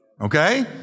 Okay